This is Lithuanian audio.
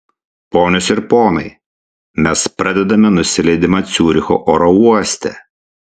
ponios ir ponai mes pradedame nusileidimą ciuricho oro uoste